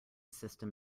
system